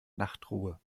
nachtruhe